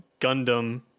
Gundam